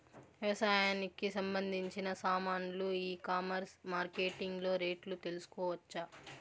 వ్యవసాయానికి సంబంధించిన సామాన్లు ఈ కామర్స్ మార్కెటింగ్ లో రేట్లు తెలుసుకోవచ్చా?